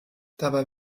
dabei